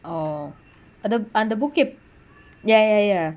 orh athap~ அந்த:antha book ep~ ya ya ya